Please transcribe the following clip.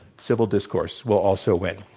civil discourse will also win.